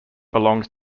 belongs